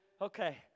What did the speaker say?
Okay